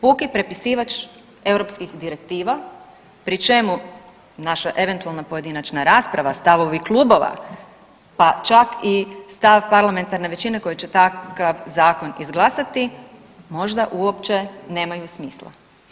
Puki prepisivač europskih direktiva pri čemu naša eventualna pojedinačna rasprava, stavovi klubova, pa čak i stav parlamentarne većine koji će takav zakon izglasati možda uopće nemaju smisla.